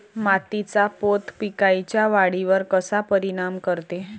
मातीचा पोत पिकाईच्या वाढीवर कसा परिनाम करते?